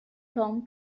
tom